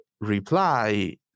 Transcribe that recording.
reply